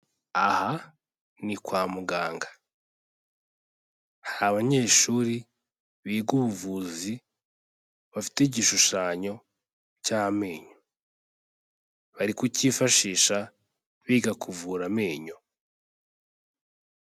Aha ni kwa muganga, hari banyeshuri biga ubuvuzi bafite igishushanyo cy'amenyo, bari kucyifashisha biga kuvura amenyo.